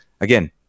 again